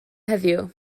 heddiw